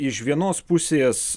iš vienos pusės